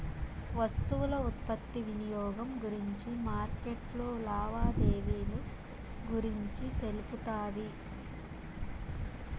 వస్తువుల ఉత్పత్తి వినియోగం గురించి మార్కెట్లో లావాదేవీలు గురించి తెలుపుతాది